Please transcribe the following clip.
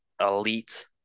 elite